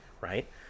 right